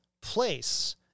place